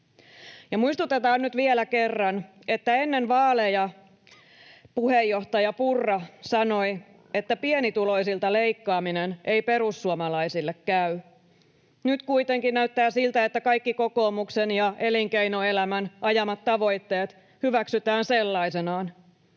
muistutetaan nyt vielä kerran, että ennen vaaleja puheenjohtaja Purra sanoi, että pienituloisilta leikkaaminen ei perussuomalaisille käy. Nyt kuitenkin näyttää siltä, että kaikki kokoomuksen ja elinkeinoelämän ajamat tavoitteet hyväksytään sellaisenaan.